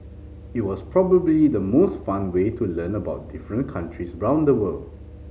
it was probably the most fun way to learn about different countries round the world